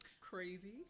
crazy